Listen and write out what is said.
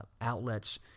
outlets